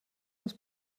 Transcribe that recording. das